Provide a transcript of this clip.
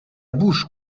bouche